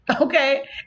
okay